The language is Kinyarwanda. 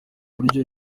buryo